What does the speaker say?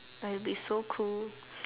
I will be so cool